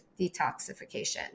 detoxification